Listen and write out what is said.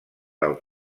del